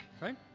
right